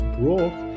broke